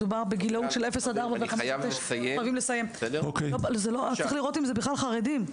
מדובר בגילאים של 0 עד 4. צריך לראות אם בכלל מדובר בחרדים.